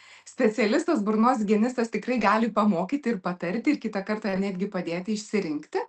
specialistas burnos higienistas tikrai gali pamokyti ir patarti kitą kartą netgi padėti išsirinkti